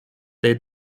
they